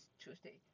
Tuesday